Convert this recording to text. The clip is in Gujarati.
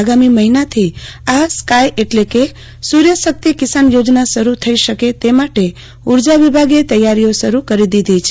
આગામી મહિનાથી આ સ્કાય એટલે કે સુર્ય શકિત કિસાન યોજના શરૂ થઈ શકે તે માટે ઉર્જા વિભાગે તૈયારીઓ શરૂ કરી દીધી છે